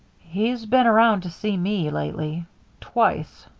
he's been around to see me lately twice.